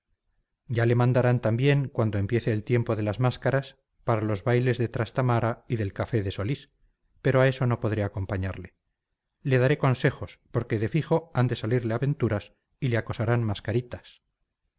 ya le mandarán también cuando empiece el tiempo de las máscaras para los bailes de trastamara y del café de solís pero a eso no podré acompañarle le daré consejos porque de fijo han de salirle aventuras y le acosarán mascaritas